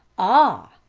ah!